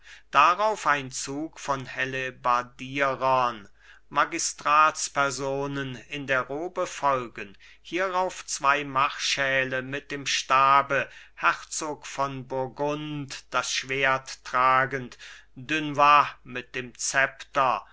darauf ein zug von hellebardierern magistratspersonen in der robe folgen hierauf zwei marschälle mit dem stabe herzog von burgund das schwert tragend dunois mit dem szepter